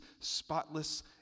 spotless